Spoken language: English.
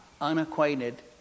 unacquainted